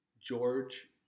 George